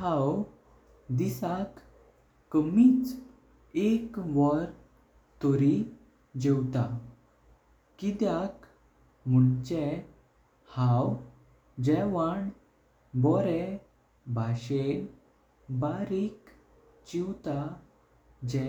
हांव दिसाक कमीच एक वर तरी जेवता किद्याक मुणचें हांव जेवण बोरें। बाशें बारिक चेवता जे